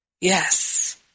Yes